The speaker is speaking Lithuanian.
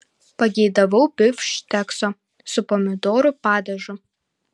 pageidavau bifštekso su pomidorų padažu